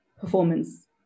performance